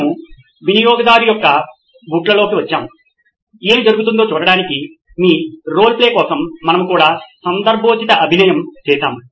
మనము వినియోగదారు యొక్క బూట్లలోకి వచ్చాము ఏమి జరుగుతుందో చూడటానికి మీ రోల్ ప్లే కోసం మనము కూడా సందర్భోచిత అభినయం చేసాము